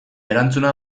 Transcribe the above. erantzuna